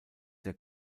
der